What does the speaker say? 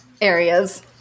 areas